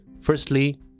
Firstly